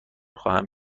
خواهم